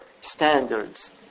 standards